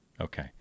Okay